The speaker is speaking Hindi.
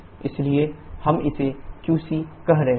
इसलिए हम इसे qC कह रहे हैं